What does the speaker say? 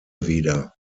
wieder